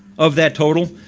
of that total,